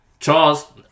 Charles